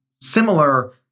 similar